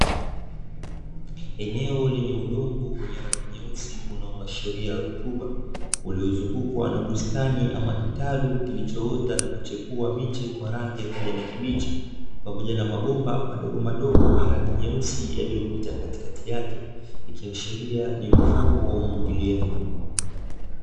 Eneo lenye udongo wenye rangi nyeusi unaoashiria rutuba, uliozungukwa na bustani ama kitalu kilichoota na kuchipua miche kwa rangi ya kijani kibichi, pamoja na mabomba madogomadogo ya rangi nyeusi yaliyopita katikati yake, ikiashiria ni mfumo wa umwagiliaji.